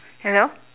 hello